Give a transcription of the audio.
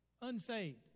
unsaved